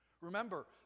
Remember